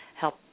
help